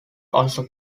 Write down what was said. also